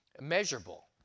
measurable